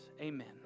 Amen